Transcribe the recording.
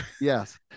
Yes